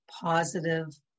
positive